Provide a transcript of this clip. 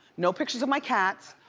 no pictures of my cats.